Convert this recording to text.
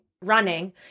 running